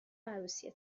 عروسی